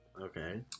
Okay